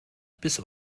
bis